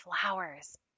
flowers